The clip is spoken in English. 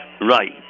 Right